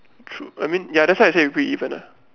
true I mean that's why I say we pretty even ah